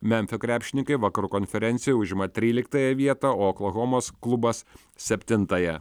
memfio krepšininkai vakarų konferencijoj užima tryliktąją vietą o oklahomos klubas septintąją